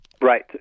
right